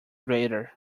greater